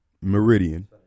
Meridian